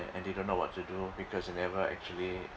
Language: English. and they don't know what to do because they never actually